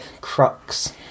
crux